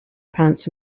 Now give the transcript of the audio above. pants